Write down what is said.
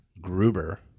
gruber